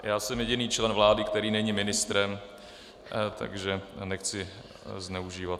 Já jsem jediný člen vlády, který není ministrem, takže toho nechci zneužívat.